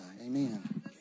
amen